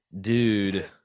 dude